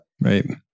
right